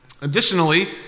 Additionally